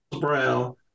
brown